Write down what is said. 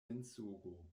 mensogo